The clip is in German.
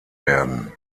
werden